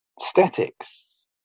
aesthetics